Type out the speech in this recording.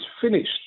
finished